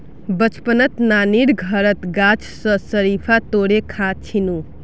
बचपनत नानीर घरत गाछ स शरीफा तोड़े खा छिनु